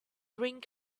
ring